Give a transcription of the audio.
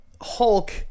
Hulk